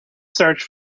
search